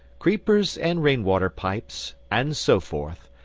creepers and rain-water pipes, and so forth,